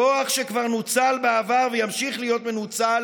כוח שכבר נוצל בעבר וימשיך להיות מנוצל